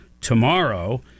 tomorrow